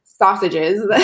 sausages